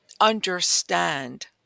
understand